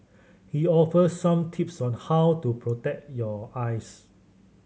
he offers some tips on how to protect your eyes